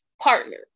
partner